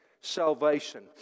salvation